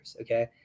Okay